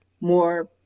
more